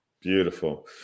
beautiful